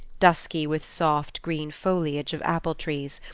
dusky with soft, green foliage of apple-trees,